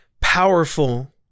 powerful